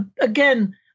again